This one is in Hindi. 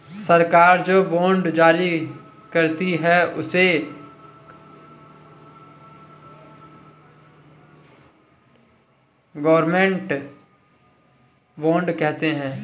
सरकार जो बॉन्ड जारी करती है, उसे गवर्नमेंट बॉन्ड कहते हैं